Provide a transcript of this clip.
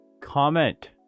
comment